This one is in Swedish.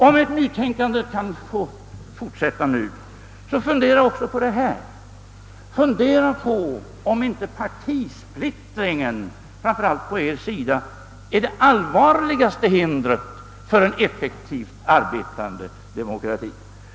Om ett nytänkande kan få fortsätta, fundera då också på om inte partisplittringen, framför allt på er sida, är det allvarligaste hindret för en effektivt arbetande demokrati.